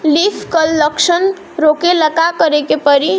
Leaf curl लक्षण रोकेला का करे के परी?